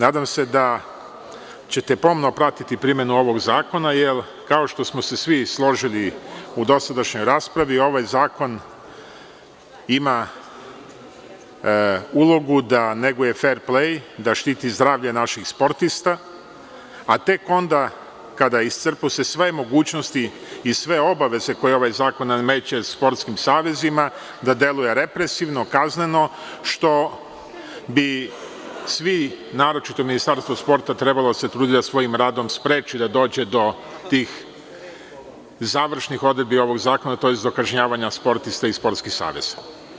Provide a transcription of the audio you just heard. Nadam se da ćete pomno pratiti primenu ovog zakona, jer kao što smo se svi složili u dosadašnjoj raspravi ovaj zakon ima ulogu da neguje fer plej, da štiti zdravlje naših sportista, a tek onda kada se iscrpe sve mogućnosti i sve obaveze koje zakon nameće sportskim savezima da deluje represivno, kazneno, što bi svi naročito Ministarstvo sporta trebalo da se trudi da svojim radom spreči da dođe do tih završnih odredbi ovog zakona tj. do kažnjavanja sportista i sportski savez.